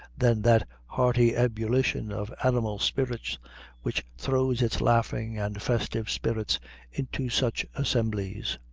than that hearty ebullition of animal spirits which throws its laughing and festive spirits into such assemblies.